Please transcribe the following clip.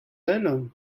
elle